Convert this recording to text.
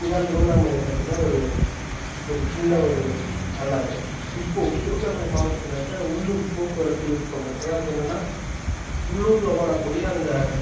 இதுதான் திருவண்ணாமலை பற்றின ஒரு ஒரு சின்ன ஒரு வரலாறு இப்போது திருவண்ணாமலை மாவட்டத்தில் இருக்க உள்ளூர் போக்குவரத்து விருப்பங்கள் அதாவது என்னென்னா உள்ளூர்ல ஓடக்கூடிய அந்த